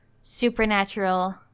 supernatural